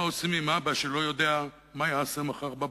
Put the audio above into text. מה עושים עם אבא שלא יודע מה יעשה מחר בבוקר?